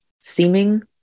seeming